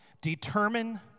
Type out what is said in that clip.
determine